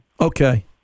Okay